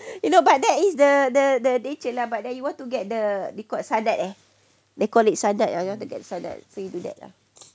you know but that is the the the nature lah but then you want to get the sadat eh they call it sadat you you want to get sadat so you do that lah